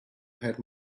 her